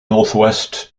northwest